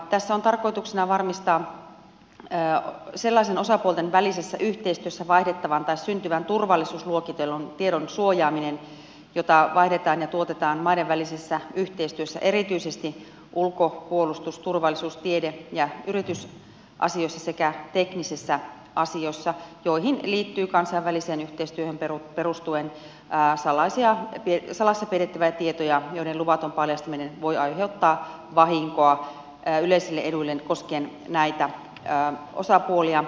tässä on tarkoituksena varmistaa sellaisen osapuolten välisessä yhteistyössä vaihdettavan tai syntyvän turvallisuusluokitellun tiedon suojaaminen jota vaihdetaan ja tuotetaan maiden välisessä yhteistyössä erityisesti ulko puolustus turvallisuus tiede ja yritysasioissa sekä teknisissä asioissa joihin liittyy kansainväliseen yhteistyöhön perustuen salassa pidettäviä tietoja joiden luvaton paljastaminen voi aiheuttaa vahinkoa yleisille eduille koskien näitä osapuolia